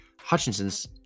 hutchinson's